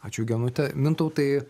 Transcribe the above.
ačiū genute mintautai